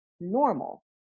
normal